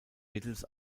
mittels